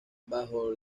bajo